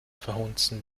verhunzen